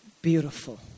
beautiful